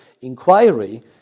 inquiry